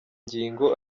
ngingo